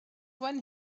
when